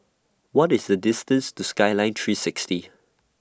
What IS The distance to Skyline three sixty